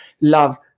love